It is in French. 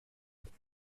droit